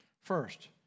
First